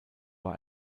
war